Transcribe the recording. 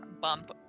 bump